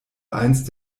einst